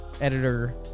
editor